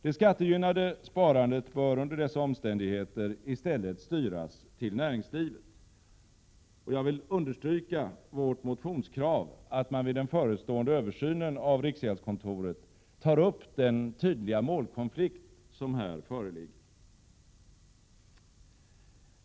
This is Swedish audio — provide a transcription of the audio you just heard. Det skattegynnade sparandet bör under dessa omständigheter i stället styras till näringslivet. Jag vill understryka vårt motionskrav att man vid den förestående översynen av riksgäldskontoret skall ta upp den tydliga målkonflikt som här föreligger.